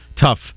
tough